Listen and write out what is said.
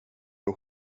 och